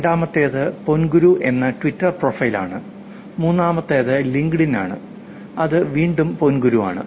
രണ്ടാമത്തേത് പൊൻങ്കുരു എന്ന ട്വിറ്റർ പ്രൊഫൈൽ ആണ് മൂന്നാമത്തേത് ലിങ്ക്ഡ്ഇൻ ആണ് അത് വീണ്ടും പൊൻങ്കുരു ആണ്